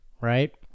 right